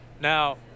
Now